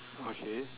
okay